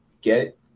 Get